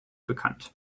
bekannt